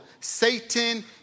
Satan